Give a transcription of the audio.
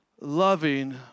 loving